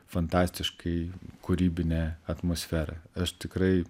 fantastiškai kūrybinė atmosfera aš tikrai